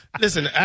listen